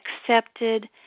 accepted